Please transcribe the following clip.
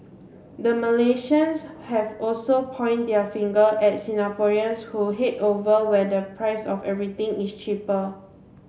the Malaysians have also point their finger at Singaporeans who head over where the price of everything is cheaper